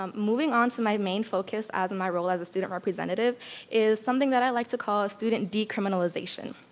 um moving on to my main focus as and my role as a student representative is something that i like to call student decriminalization,